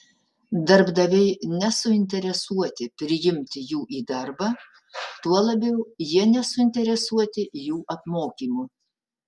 darbdaviai nesuinteresuoti priimti jų į darbą tuo labiau jie nesuinteresuoti jų apmokymu